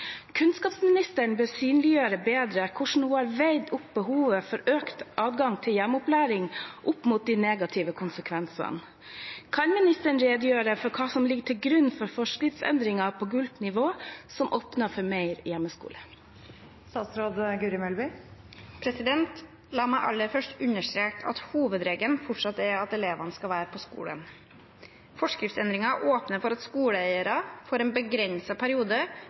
Kunnskapsministeren må synliggjøre bedre hvordan hun har veid behovet for økt adgang til hjemmeopplæring opp mot de negative konsekvensene. Kan statsråden redegjøre for hva som ligger til grunn for forskriftsendringen på «gult nivå» som åpner for mer hjemmeskole?» La meg aller først understreke at hovedregelen fortsatt er at elevene skal være på skolen. Forskriftsendringen åpner for at skoleeiere for en begrenset periode